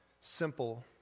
simple